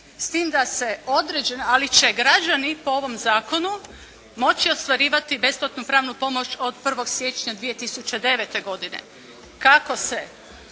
s tim da se određene, ali će građani po ovom zakonu moći ostvarivati besplatnu pravnu pomoć od 1. siječnja 2009. godine. Kako se